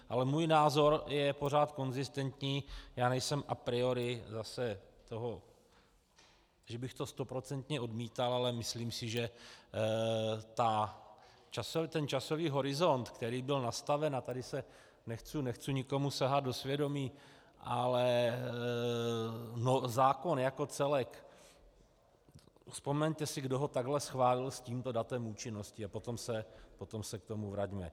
Ale můj názor je pořád konzistentní, nejsem a priori zase toho, že bych to stoprocentně odmítal, ale myslím si, že ten časový horizont, který byl nastaven a tady nechci, nechci nikomu sahat do svědomí, ale zákon jako celek vzpomeňte si, kdo ho takhle schválil s tímto datem účinnosti, a potom se k tomu vraťme.